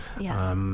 yes